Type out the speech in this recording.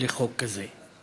לחוק כזה,